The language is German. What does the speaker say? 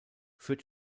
führt